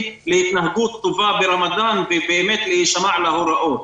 להתנהגות טובה ברמדאן ובאמת שיישמעו להוראות.